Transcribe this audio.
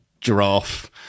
giraffe